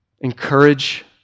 encourage